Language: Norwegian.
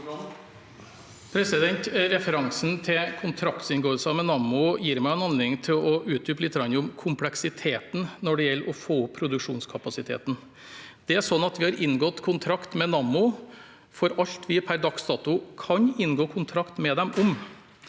Referansen til kontraktsinngåelsen med Nammo gir meg en anledning til å utdype litt rundt kompleksiteten når det gjelder å få opp produksjonskapasiteten. Det er slik at vi har inngått kontrakt med Nammo for alt vi per dags dato kan inngå kontrakt med dem om.